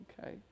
okay